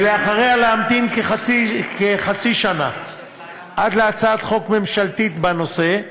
ואחריה להמתין כחצי שנה עד להצעת חוק ממשלתית בנושא.